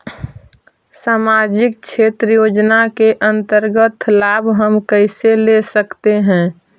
समाजिक क्षेत्र योजना के अंतर्गत लाभ हम कैसे ले सकतें हैं?